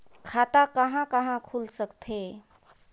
खाता कहा कहा खुल सकथे?